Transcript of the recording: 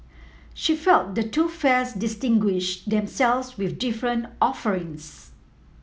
she felt the two fairs distinguish themselves with different offerings